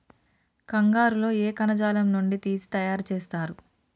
కంగారు లో ఏ కణజాలం నుండి తీసి తయారు చేస్తారు?